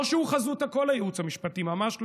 לא שהוא חזות הכול, הייעוץ המשפטי, ממש לא,